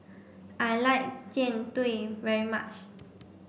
I like Jian Dui very much